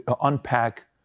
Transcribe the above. unpack